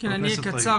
אני אהיה קצר,